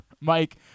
Mike